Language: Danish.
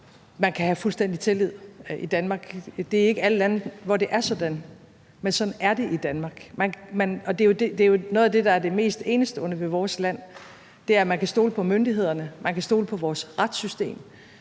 Man kan have fuldstændig tillid i Danmark. Det er ikke i alle lande, at det er sådan, men sådan er det i Danmark, og det er jo noget af det, der er det mest enestående ved vores land. Man kan stole på myndighederne, man kan stole på vores retssystem,